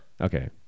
Okay